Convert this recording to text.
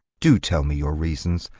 do tell me your reasons.